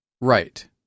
Right